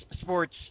Sports